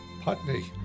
putney